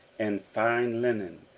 and fine linen,